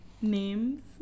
names